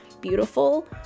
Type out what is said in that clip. beautiful